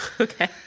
Okay